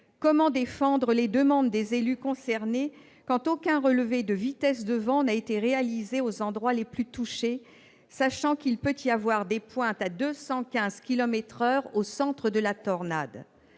Comment défendre les demandes des élus concernés quand aucun relevé de vitesse de vent n'a été réalisé aux endroits les plus touchés, sachant qu'il peut y avoir des pointes à 215 kilomètres-heure au centre de la tornade ?